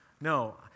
No